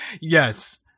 Yes